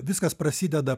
viskas prasideda